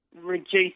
reduce